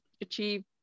achieve